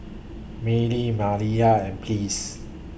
Mylie Maliyah and Pleas